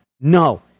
No